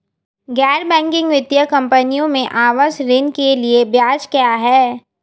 गैर बैंकिंग वित्तीय कंपनियों में आवास ऋण के लिए ब्याज क्या है?